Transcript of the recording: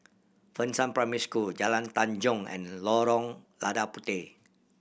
Fengshan Primary School Jalan Tanjong and Lorong Lada Puteh